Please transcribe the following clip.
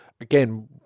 again